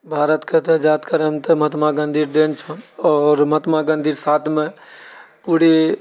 भारतके तऽ महात्मा गाँधी देन छो आओर महात्मा गाँधी साथमे पूरे